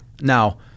Now